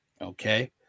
Okay